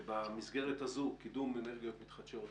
במסגרת הזו קידום אנרגיות מתחדשות,